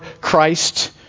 Christ